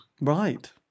Right